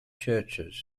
churches